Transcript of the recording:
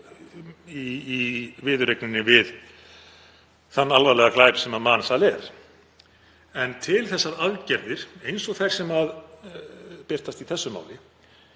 í viðureigninni við þann alvarlega glæp sem mansal er. En til þess að aðgerðir eins og þær sem birtast í þessu máli